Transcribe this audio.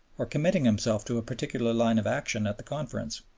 or committing himself to a particular line of action at the conference.